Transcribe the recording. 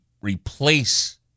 replace